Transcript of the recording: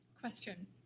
question